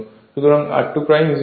সুতরাং r2Smax Tx 2 হবে